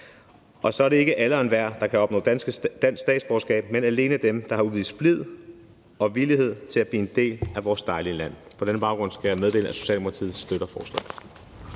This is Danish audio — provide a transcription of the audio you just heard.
Og så er det ikke alle og enhver, der kan opnå dansk statsborgerskab, men alene dem, der har udvist flid og villighed til at blive en del af vores dejlige land. På denne baggrund skal jeg meddele, at Socialdemokratiet støtter forslaget.